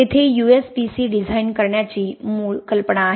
तेथे USPC design करण्याची मूळ कल्पना आहे